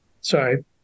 sorry